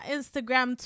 Instagram